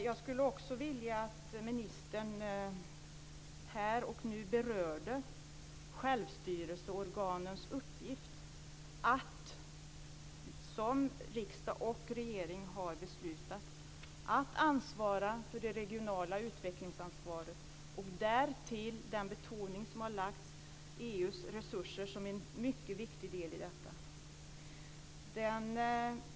Jag skulle också vilja att ministern här och nu berör självstyrelseorganens uppgift - som riksdag och regering har beslutat - att ansvara för det regionala utvecklingsansvaret och därtill den betoning som har lagts på EU:s resurser som en viktig del i detta.